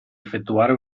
effettuare